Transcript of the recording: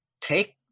take